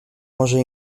może